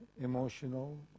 emotional